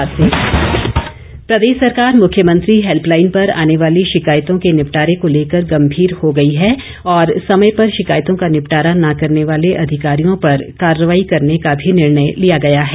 मुख्यमंत्री प्रदेश सरकार मुख्यमंत्री हैल्पलाईन पर आने वाली शिकायतों के निपटारे को लेकर गंभीर हो गई है और समय पर शिकायतों का निपटारा न करने वाले अधिकारियों पर कार्रवाई करने का भी निर्णय लिया गया है